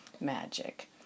magic